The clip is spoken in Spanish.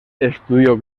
estudió